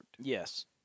Yes